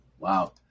Wow